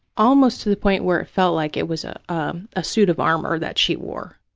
almost to the point where it felt like it was a um ah suit of armor that she wore,